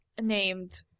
named